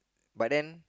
but then